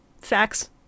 facts